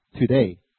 today